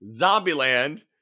Zombieland